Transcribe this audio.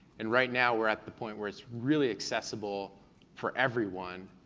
and right now we're at the point where it's really accessible for everyone,